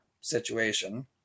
situation